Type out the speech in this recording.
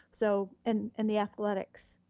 so and and the athletics.